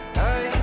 hey